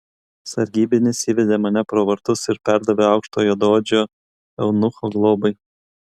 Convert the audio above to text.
sargybinis įvedė mane pro vartus ir perdavė aukšto juodaodžio eunucho globai